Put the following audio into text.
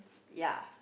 ya